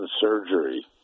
surgery